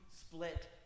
split